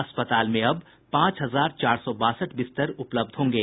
अस्पताल में अब पांच हजार चार सौ बासठ बिस्तर उपलब्ध होंगे